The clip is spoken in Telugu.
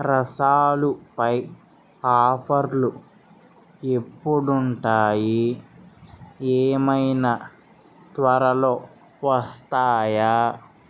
రసాలుపై ఆఫర్లు ఎప్పుడుంటాయి ఏమైనా త్వరలో వస్తాయా